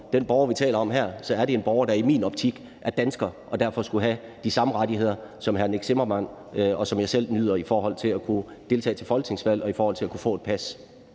den borger, vi taler om her, så er det en borger, der i min optik er dansker og derfor skal have de samme rettigheder, som hr. Nick Zimmermann og jeg selv nyder i forhold til at kunne deltage til folketingsvalg og at kunne få et pas.